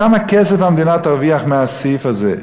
כמה כסף המדינה תרוויח מהסעיף הזה?